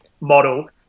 model